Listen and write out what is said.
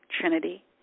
trinity